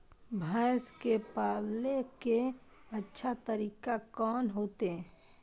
भैंस के पाले के अच्छा तरीका कोन होते?